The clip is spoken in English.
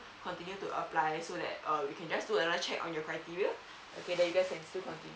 continue to apply so that uh we can just do another check on your criteria okay then you guys can still continue